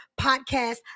podcast